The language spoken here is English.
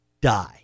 die